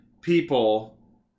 people